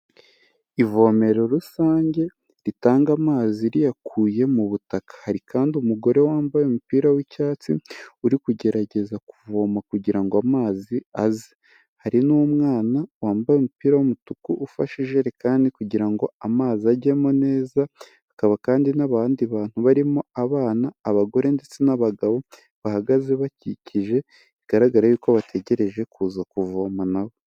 Ivomero rusange ritanga amazi riyakuye mu butaka, hari kandi umugore wambaye umupira w'icyatsi, uri kugerageza kuvoma kugira ngo amazi aze, hari n'umwana wambaye umupira w'umutuku ufashe ijerekani kugira ngo amazi ajyemo neza, hakaba kandi n'abandi bantu barimo, abana, abagore ndetse n'abagabo, bahagaze bakikije, bigaraga y'uko bategereje kuza kuvoma nabo.